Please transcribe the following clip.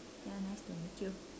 ya nice to meet you